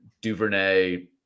duvernay